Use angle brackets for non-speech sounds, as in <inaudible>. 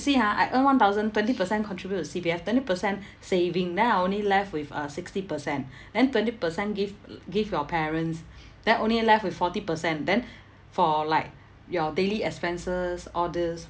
see ha I earn one thousand twenty percent contribute to C_P_F twenty percent <breath> saving then I only left with uh sixty percent <breath> then twenty percent give <noise> give your parents <breath> then only left with forty percent then for like your daily expenses all these